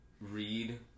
read